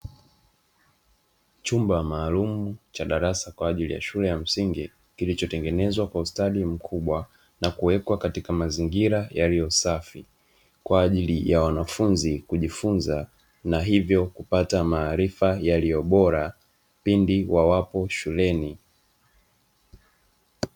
Chumba maalumu cha darasa kwa ajili ya shule ya msingi kilichotengenezwa kwa ustadi mkubwa na kuwekwa katika mazingira yaliyosafi kwa ajili ya wanafunzi kujifunza, na hivyo kupata maarifa yaliyo bora pindi wawapo shuleni.